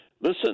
Listen